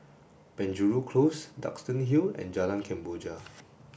Penjuru Close Duxton Hill and Jalan Kemboja